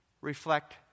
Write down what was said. reflect